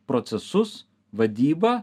procesus vadybą